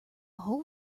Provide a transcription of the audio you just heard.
whole